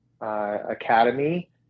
academy